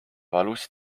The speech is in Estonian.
valus